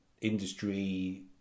industry